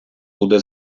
буде